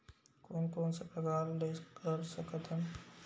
कोन कोन से प्रकार ले कर सकत हन?